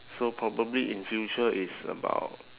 so probably in future it's about